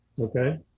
Okay